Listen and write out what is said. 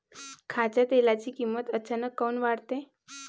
खाच्या तेलाची किमत अचानक काऊन वाढते?